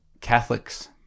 Catholics